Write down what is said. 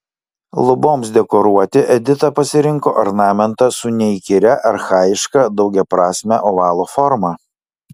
luboms dekoruoti edita pasirinko ornamentą su neįkyria archajiška daugiaprasme ovalo forma